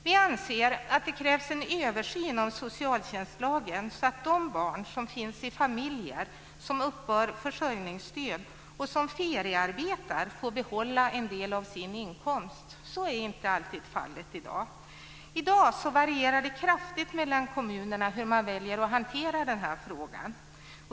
Vi anser att det krävs en översyn av socialtjänstlagen så att de barn som finns i familjer som uppbär försörjningsstöd och som feriearbetar får behålla en del av sin inkomst. Så är inte alltid fallet i dag. I dag varierar det kraftigt mellan kommunerna hur man väljer att hantera den här frågan.